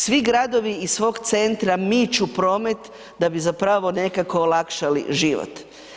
Svi gradovi iz svog centra miču promet da bi zapravo nekako olakšali život.